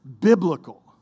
biblical